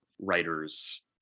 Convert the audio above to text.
writers